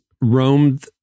roamed